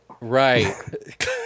right